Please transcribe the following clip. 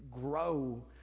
grow